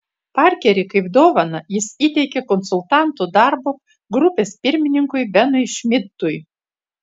parkerį kaip dovaną jis įteikė konsultantų darbo grupės pirmininkui benui šmidtui